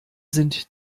sind